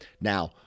Now